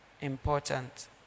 important